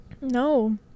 no